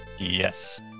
Yes